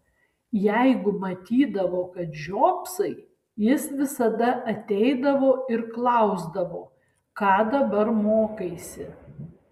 jeigu matydavo kad žiopsai jis visada ateidavo ir klausdavo ką dabar mokaisi